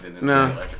no